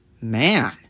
man